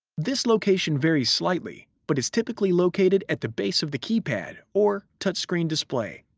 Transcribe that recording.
this location varies slightly but is typically located at the base of the keypad or touchscreen display.